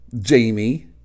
Jamie